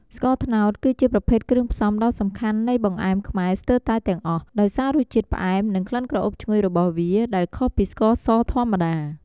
ស្ករត្នោត គឺជាប្រភេទគ្រឿងផ្សំដ៏សំខាន់នៃបង្អែមខ្មែរស្ទើរតែទាំងអស់ ដោយសាររសជាតិផ្អែម និងក្លិនក្រអូបឈ្ងុយរបស់វា ដែលខុសពីស្ករសធម្មតា។